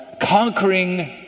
conquering